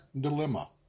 dilemma